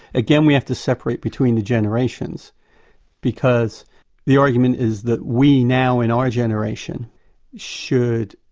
again we have to separate between the generations because the argument is that we now in our generation should,